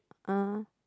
ah